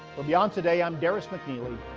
for beyond today i'm darris mcneely.